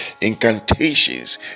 incantations